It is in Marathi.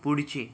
पुढचे